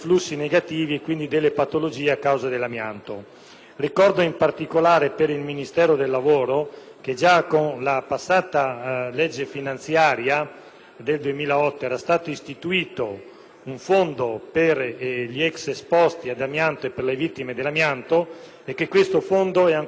Ricordo, in particolare per il Ministero del lavoro, che già con la passata legge finanziaria per il 2008 era stato istituito un Fondo per gli ex esposti all'amianto e per le vittime dell'amianto e che questo fondo è ancora bloccato a seguito dell'omissione